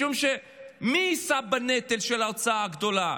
משום שמי יישא בנטל של ההוצאה הגדולה?